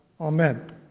amen